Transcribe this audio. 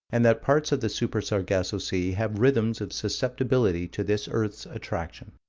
and that parts of the super-sargasso sea have rhythms of susceptibility to this earth's attraction.